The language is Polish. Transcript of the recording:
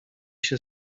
się